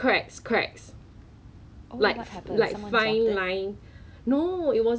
but 他的是怎样的 !huh! 我的我的是有点不一样 but 你可以 describe 他的 cake 吗 !huh!